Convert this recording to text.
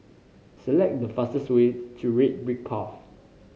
select the fastest way to Red Brick Path